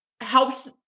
helps